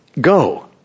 go